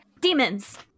Demons